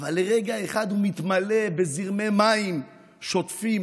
אבל לרגע אחד הוא מתמלא בזרמי מים שוטפים,